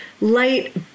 light